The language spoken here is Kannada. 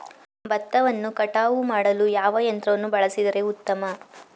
ಭತ್ತವನ್ನು ಕಟಾವು ಮಾಡಲು ಯಾವ ಯಂತ್ರವನ್ನು ಬಳಸಿದರೆ ಉತ್ತಮ?